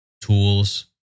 tools